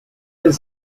del